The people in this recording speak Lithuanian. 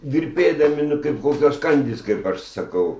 virpėdami nu kaip kokios kandys kaip aš sakau